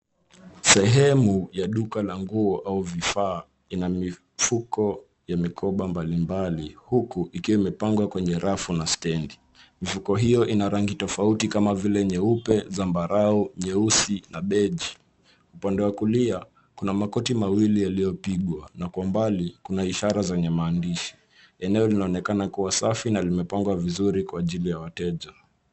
Sehemu ya duka la nguo au vifaa ina mifuko ya mikoba mbalimbali huku ikiwa imepangwa kwenye rafu na stendi. Mifuko hiyo ina rangi tofauti kama vile nyeupe, zambarau, nyeusi na beige. Upande wa kulia, kuna makoti mawili yaliyopigwa na kwa mbali, kuna ishara zenye maandishi. Eneo linaonekana kuwa safi na limepangwa vizuri kwa ajili ya wateja.